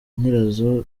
nyirazo